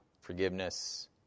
forgiveness